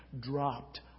dropped